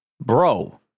bro